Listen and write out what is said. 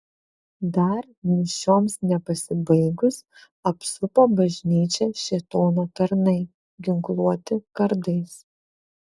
dar mišioms nepasibaigus apsupo bažnyčią šėtono tarnai ginkluoti kardais